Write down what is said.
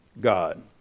God